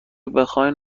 بخواین